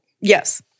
Yes